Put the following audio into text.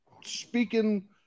speaking